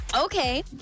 Okay